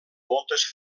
moltes